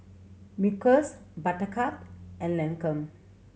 Smuckers Buttercup and Lancome